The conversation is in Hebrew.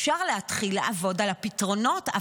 אפשר להתחיל לעבוד על הפתרונות,